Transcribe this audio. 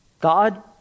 God